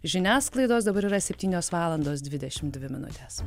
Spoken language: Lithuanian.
žiniasklaidos dabar yra septynios valandos dvidešim dvi minutes